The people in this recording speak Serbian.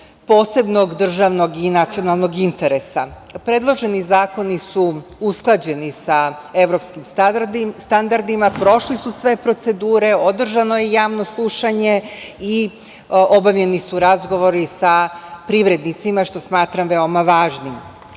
posebnog državnog i nacionalnog interesa. Predloženi zakoni su usklađeni sa evropskim standardima, prošli su sve procedure, održano je javno slušanje i obavljeni su razgovori sa privrednicima, što smatram veoma važnim. Ovim